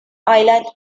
island